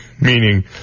meaning